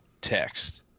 text